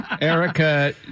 Erica